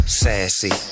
sassy